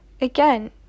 again